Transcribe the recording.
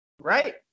Right